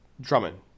Drummond